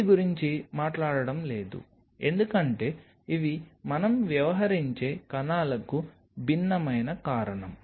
వీటి గురించి మాట్లాడటం లేదు ఎందుకంటే ఇవి మనం వ్యవహరించే కణాలకు భిన్నమైన కారణం